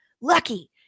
lucky